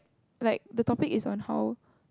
like the topic is on how